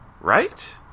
right